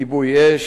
כיבוי אש,